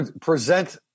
present